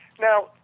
Now